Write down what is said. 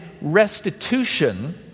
restitution